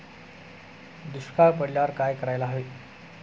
दुष्काळ पडल्यावर काय करायला हवे?